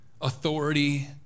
authority